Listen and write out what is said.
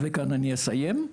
וכאן אני אסיים,